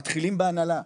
מתחילים בהנהלה,